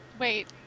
Wait